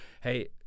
hey